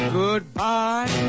goodbye